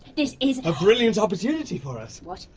this is, a brilliant opportunity for us! what?